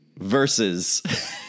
versus